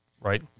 right